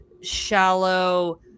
shallow